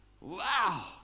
Wow